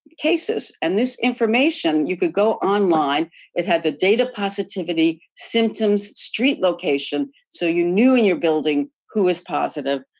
cases, and this information you could go onlin it had the data positivity symptoms street location, so you knew in your building who was positive,